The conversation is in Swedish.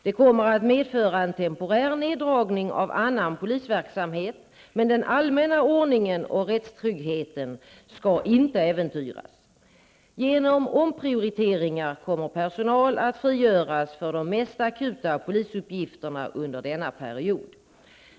Det kommer att medföra en temporär neddragning av annan polisverksamhet, men den allmänna ordningen och rättstryggheten skall inte äventyras. Genom omprioriteringar kommer personal att frigöras för de mest akuta polisuppgifterna under denna period.